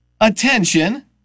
attention